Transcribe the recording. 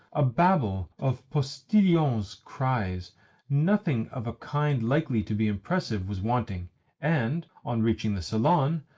a babel of postillions' cries nothing of a kind likely to be impressive was wanting and, on reaching the salon,